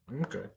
Okay